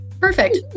Perfect